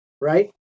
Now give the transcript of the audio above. Right